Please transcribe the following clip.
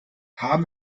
haben